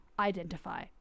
Identify